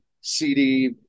cd